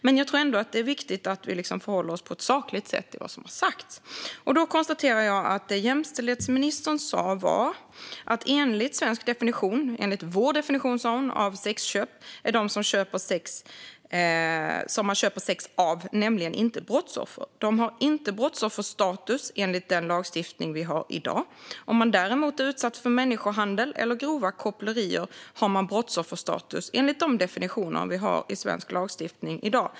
Men jag tror ändå att det är viktigt att vi förhåller oss på ett sakligt sätt till vad som har sagts. Jag konstaterar att detta var vad jämställdhetsministern sa: "Enligt vår definition av sexköp är de som man köper sex av nämligen inte brottsoffer. De har inte brottsofferstatus enligt den lagstiftning vi har i dag. Om man däremot är utsatt för människohandel eller grova kopplerier har man brottsofferstatus enligt de definitioner vi har i svensk lagstiftning i dag.